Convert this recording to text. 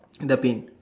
the paint